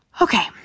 Okay